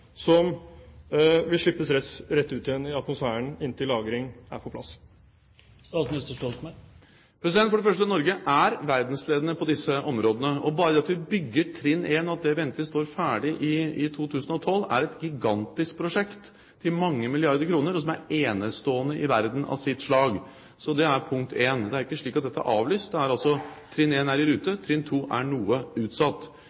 som vil slippes rett ut igjen i atmosfæren inntil lagring er på plass? For det første: Norge er verdensledende på disse områdene. Bare det at vi bygger trinn 1, og at det ventes å stå ferdig i 2012, er et gigantisk prosjekt til mange milliarder kroner som er enestående i verden i sitt slag. Så det er punkt 1. Det er ikke slik at dette er avlyst. Trinn 1 er i rute, trinn 2 er